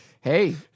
Hey